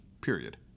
Period